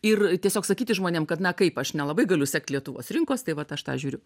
ir tiesiog sakyti žmonėm kad na kaip aš nelabai galiu sekt lietuvos rinkos tai vat aš tą žiūriu